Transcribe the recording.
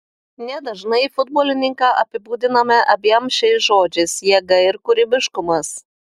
nedažnai futbolininką apibūdiname abiem šiais žodžiais jėga ir kūrybiškumas